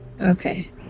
Okay